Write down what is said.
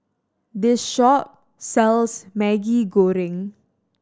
this shop sells Maggi Goreng